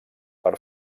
per